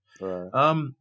Right